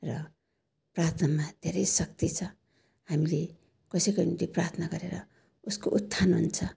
र प्रार्थनामा धेरै शक्ति छ हामीले कसैको निम्ति प्रार्थना गरेर उसको उत्थान हुन्छ